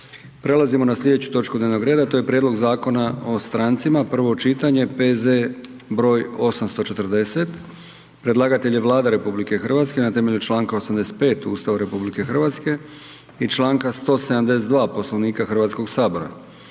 Prelazimo na slijedeću točku dnevnog reda, to je: - Prijedlog Zakona o strancima, prvo čitanje, P.Z.E. broj 840 Predlagatelj je Vlada RH na temelju Članka 85. Ustava RH i Članka 172. Poslovnika Hrvatskog sabora.